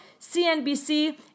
CNBC